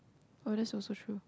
oh that's also true